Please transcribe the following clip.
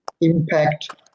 impact